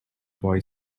boy